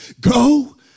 Go